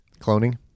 Cloning